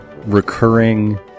recurring